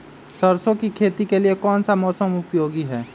सरसो की खेती के लिए कौन सा मौसम उपयोगी है?